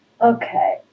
Okay